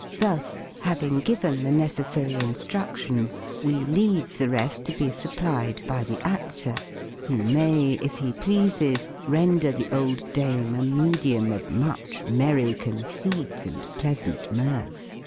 thus, having given the necessary instructions, we leave the rest to be supplied by the actor who may, if he pleases, render the old dame a medium of much merry conceit and pleasant mirth.